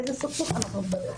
איזה סכסוך אנחנו מדברים.